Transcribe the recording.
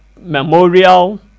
memorial